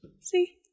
See